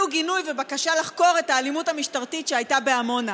גינוי ובקשה לחקור את האלימות המשטרתית שהייתה בעמונה.